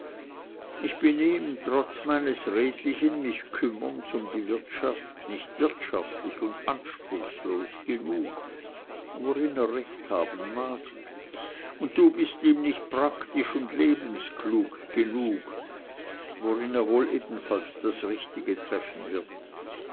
ich bin ihm trotz meines redlichen mich kümmerns um die wirtschaft nicht wirtschaftlich und anspruchslos genug worin er recht haben mag und du bist ihm nicht praktisch und lebensklug genug worin er wohl ebenfalls das richtige treffen wird